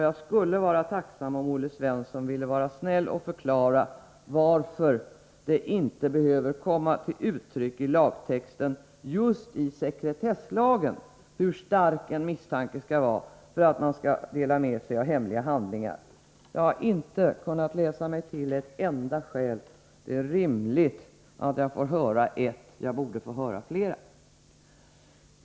Jag skulle vara tacksam om Olle Svensson ville vara snäll och förklara varför det inte behöver komma till uttryck i lagtexten just i sekretesslagen hur stark en misstanke skall vara för att man skall få dela med sig av hemliga handlingar. Jag har inte kunnat läsa mig till ett enda skäl. Det är rimligt att jag får höra ett; jag borde få höra flera. Herr talman!